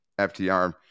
FTR